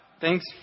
Thanks